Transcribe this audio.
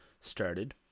started